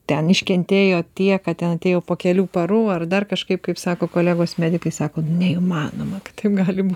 ten iškentėjo tiek kad ten jau po kelių parų ar dar kažkaip kaip sako kolegos medikai sako neįmanoma kad taip galima